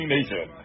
Nation